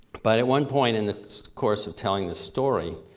but at one point in the course of telling this story,